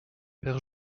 père